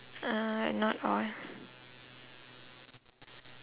uh not all